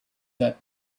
that